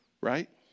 Right